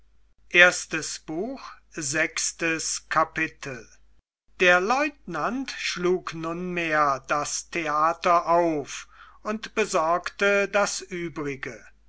sechstes kapitel der lieutenant schlug nunmehr das theater auf und besorgte das übrige